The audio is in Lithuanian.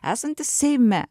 esantis seime